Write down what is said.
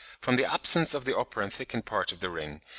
from the absence of the upper and thickened part of the ring,